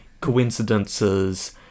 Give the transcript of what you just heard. Coincidences